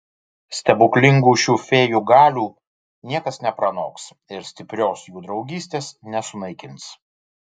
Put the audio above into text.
stebuklingų šių fėjų galių niekas nepranoks ir stiprios jų draugystės nesunaikins